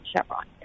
Chevron